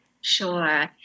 Sure